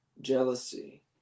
jealousy